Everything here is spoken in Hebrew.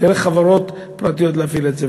דרך חברות פרטיות להפעיל את זה.